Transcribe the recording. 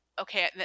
Okay